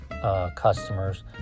Customers